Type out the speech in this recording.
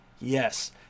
yes